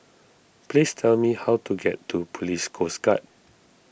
please tell me how to get to Police Coast Guard